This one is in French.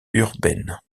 urbaine